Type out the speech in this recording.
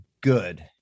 good